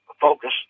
focus